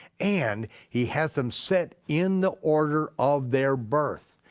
and he had them set in the order of their birth.